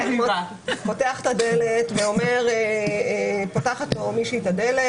פותחת לו מישהי את הדלת,